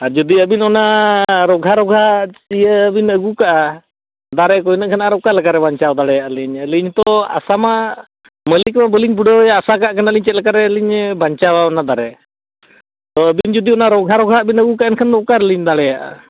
ᱟᱨ ᱡᱩᱫᱤ ᱟᱹᱵᱤᱱ ᱚᱱᱟ ᱨᱳᱜᱟ ᱨᱳᱜᱟ ᱤᱭᱟᱹ ᱵᱤᱱ ᱟᱹᱜᱩ ᱠᱟᱜᱼᱟ ᱫᱟᱨᱮ ᱠᱚ ᱤᱱᱟᱹ ᱠᱷᱟᱱ ᱟᱨ ᱚᱠᱟ ᱞᱮᱠᱟ ᱨᱮ ᱵᱟᱧᱪᱟᱣ ᱫᱟᱲᱮᱭᱟᱜ ᱟᱹᱞᱤᱧ ᱟᱹᱞᱤᱧ ᱛᱚ ᱟᱥᱟ ᱢᱟ ᱢᱟᱹᱞᱤᱠ ᱦᱚᱸ ᱵᱟᱹᱞᱤᱧ ᱵᱩᱰᱟᱹᱣᱮᱭᱟ ᱟᱥᱟ ᱠᱟᱜ ᱠᱟᱱᱟᱞᱤᱧ ᱪᱮᱫ ᱞᱮᱠᱟᱨᱮ ᱵᱟᱧᱪᱟᱣᱟ ᱚᱱᱟ ᱫᱟᱨᱮ ᱛᱚ ᱟᱹᱵᱤᱱ ᱡᱩᱫᱤ ᱚᱱᱟ ᱨᱳᱜᱟ ᱨᱳᱜᱟ ᱟᱜ ᱵᱤᱱ ᱟᱹᱜᱩ ᱠᱟᱜᱼᱟ ᱮᱱᱠᱷᱟᱱ ᱫᱚ ᱚᱠᱟ ᱨᱮᱞᱤᱧ ᱫᱟᱲᱮᱭᱟᱜᱼᱟ